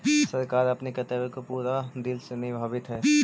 सरकार अपने कर्तव्य को पूरे दिल से निभावअ हई